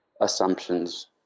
assumptions